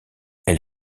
elle